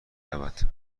رود